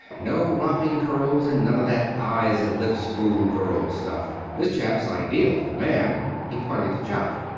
no romping curls and none of that eyes and lips fool-girl stuff. this chap's ideal for the man. he pointed to jock.